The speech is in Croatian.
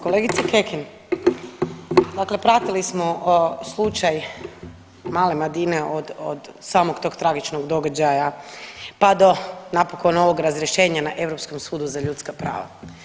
Kolegice Kekin, dakle pratili smo slučaj male Madine od, od samog tog tragičnog događaja, pa do napokon ovog razrješenja na Europskom sudu za ljudska prava.